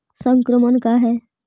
संक्रमण का है?